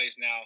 now